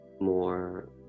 more